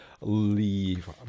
Leave